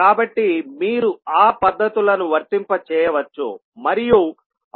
కాబట్టి మీరు ఆ పద్ధతులను వర్తింపజేయవచ్చు మరియు అవుట్పుట్ Ys ను కనుగొనవచ్చు